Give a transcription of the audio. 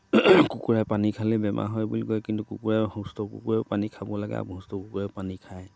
কুকুৰাই পানী খালেই বেমাৰ হয় বুলি কয় কিন্তু কুকুৰাই সুস্থ কুকুৰাইও পানী খাব লাগে আৰু অসুস্থ কুকুৰাইও পানী খায়